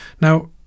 Now